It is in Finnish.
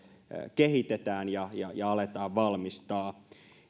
kehitetään ja ja aletaan valmistaa